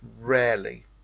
rarely